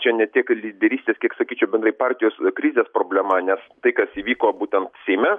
čia ne tiek lyderystės kiek sakyčiau bendrai partijos krizės problema nes tai kas įvyko būtent seime